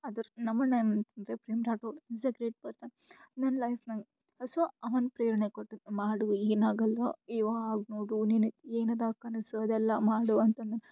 ಆದ್ರೆ ನಮ್ಮ ಅಣ್ಣ ಏನು ಅಂತ ಅಂದರೆ ಪ್ರೀಮ್ ರ್ಯಾಟ್ರೋಡ್ he is a great person ನನ್ನ ಲೈಫ್ ನಂಗೆ ಸೊ ಅವ್ನು ಪ್ರೇರಣೆ ಕೊಟ್ಟ ಮಾಡು ಏನಾಗೋಲ್ಲ ಇವಾಗ ನೋಡು ನೀನು ಏನು ಅದಾವ ಕನಸು ಅದೆಲ್ಲ ಮಾಡು ಅಂತಾನೆ